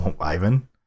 Ivan